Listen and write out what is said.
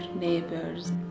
neighbors